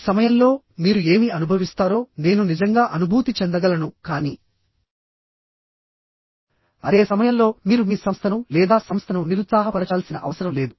ఈ సమయంలో మీరు ఏమి అనుభవిస్తారో నేను నిజంగా అనుభూతి చెందగలను కానీ అదే సమయంలో మీరు మీ సంస్థను లేదా సంస్థను నిరుత్సాహపరచాల్సిన అవసరం లేదు